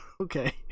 Okay